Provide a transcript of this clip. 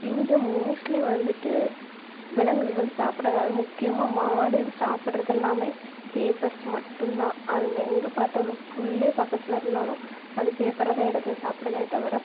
இங்கே மோஸ்ட்லி வந்துட்டு விலங்குகள் சாப்பிட்றது அது முக்கியமா மாடு சாப்பிட்றது எல்லாமே பேப்பர்ஸ் மட்டுந்தான் அதுங்கள் எங்கே பார்த்தாலும் புல்லே பக்கத்தில் இருந்தாலும் அது பேப்பரைதான் எடுத்து சாப்பிடுதே தவிர